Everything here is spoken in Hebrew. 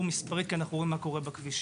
מספרית כי אנו רואים מה קורה בכבישים.